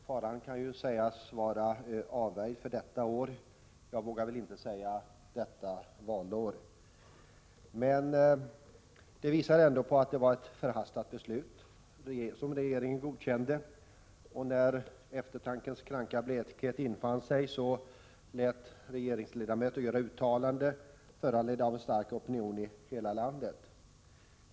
Faran kan sägas vara avvärjd för detta år — jag vågar väl inte säga valår — och det visar på att det var ett förhastat beslut som regeringen godkände. När eftertankens kranka blekhet infann sig gjorde regeringsledamöter uttalanden, föranledda av en stark opinion i hela landet.